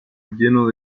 lleno